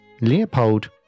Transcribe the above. Leopold